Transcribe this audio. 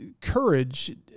courage